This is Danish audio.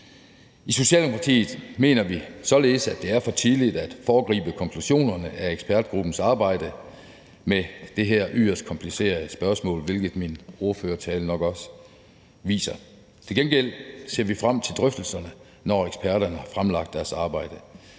I Socialdemokratiet mener vi således, at det er for tidligt at foregribe konklusionerne af ekspertgruppens arbejde med det her yderst komplicerede spørgsmål, hvilket min ordførertale nok også viser. Til gengæld ser vi frem til drøftelserne, når eksperterne har fremlagt deres arbejde.